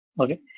okay